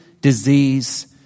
disease